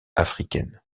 africaines